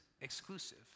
exclusive